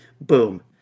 boom